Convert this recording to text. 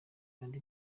kandi